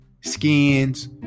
skins